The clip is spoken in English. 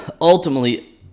ultimately